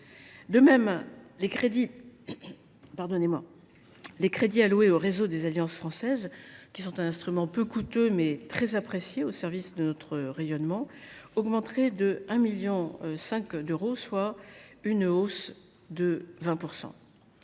De même, les crédits alloués au réseau des alliances françaises, qui sont un instrument peu coûteux, mais très apprécié au service de notre rayonnement, augmenteront de 1,5 million d’euros, soit une hausse de 20 %.